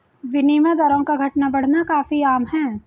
विनिमय दरों का घटना बढ़ना काफी आम है